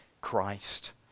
Christ